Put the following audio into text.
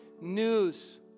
news